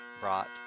brought